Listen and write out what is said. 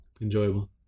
Enjoyable